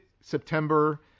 September